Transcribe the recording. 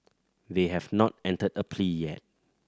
they have not entered a plea yet